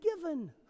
given